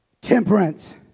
temperance